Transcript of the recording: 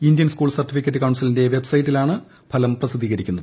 Indian school certificate കൌൺസിലിന്റെ web സൈറ്റിലാണ് ഫലം പ്രസിദ്ധീകരിക്കുന്നത്